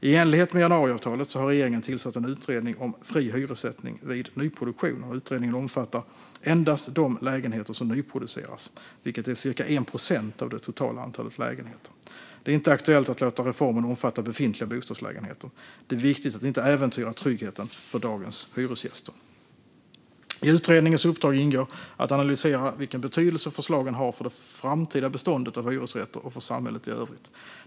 I enlighet med januariavtalet har regeringen tillsatt en utredning om fri hyressättning vid nyproduktion. Utredningen omfattar endast de lägenheter som nyproduceras, vilket är cirka 1 procent av det totala antalet lägenheter. Det är inte aktuellt att låta reformen omfatta befintliga bostadslägenheter. Det är viktigt att inte äventyra tryggheten för dagens hyresgäster. I utredningens uppdrag ingår att analysera vilken betydelse förslagen har för det framtida beståndet av hyresrätter och för samhället i övrigt.